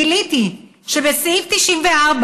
גיליתי שבסעיף 94,